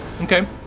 Okay